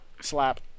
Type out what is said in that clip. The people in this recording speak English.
Slap